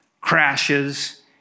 crashes